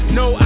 no